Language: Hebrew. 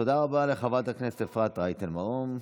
תודה רבה לחברת הכנסת אפרת רייטן מרום.